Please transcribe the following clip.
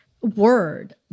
word